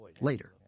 later